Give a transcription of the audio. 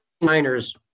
miners